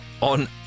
on